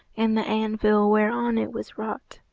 and the anvil whereon it was wrought.